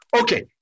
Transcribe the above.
Okay